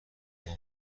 اما